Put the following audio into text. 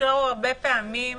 קשור הרבה פעמים